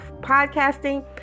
podcasting